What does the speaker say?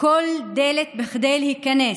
כל דלת כדי להיכנס,